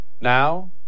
Now